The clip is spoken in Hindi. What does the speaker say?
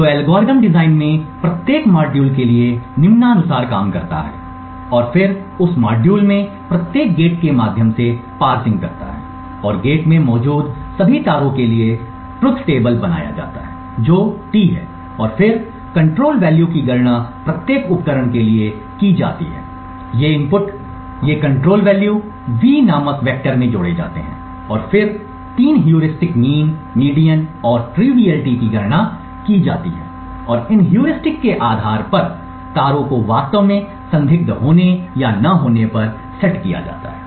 तो एल्गोरिथ्म डिजाइन में प्रत्येक मॉड्यूल के लिए निम्नानुसार काम करता है और फिर उस मॉड्यूल में प्रत्येक गेट के माध्यम से पार्सिंग करता है और गेट में मौजूद सभी तारों के लिए ट्रुथ टेबल बनाया जाता है जो T है और फिर कंट्रोल वैल्यू की गणना प्रत्येक उपकरण के लिए की जाती है ये इनपुट ये कंट्रोल वैल्यू V नामक वेक्टर में जोड़े जाते हैं और फिर तीन ह्यूरिस्टिक्स मीन मीडियन और ट्रीवयलिटी की गणना की जाती है और इन ह्यूरिस्टिक्स के आधार पर तारों को वास्तव में संदिग्ध होने या न होने पर सेट किया जाता है